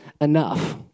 enough